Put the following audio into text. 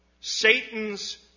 Satan's